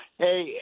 Hey